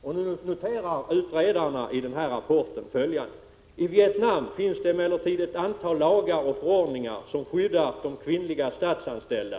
Nu noterar utredarna i denna rapport följande: I Vietnam finns det emellertid ett antal lagar och förordningar som skyddar de kvinnliga statsanställda.